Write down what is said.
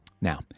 Now